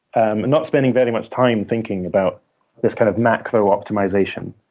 and not spending very much time thinking about this kind of macro optimization.